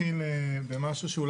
הייתי רוצה דווקא להתחיל במשהו שאולי